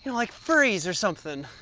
like furries or something.